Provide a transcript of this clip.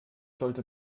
sollte